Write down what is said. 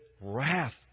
wrath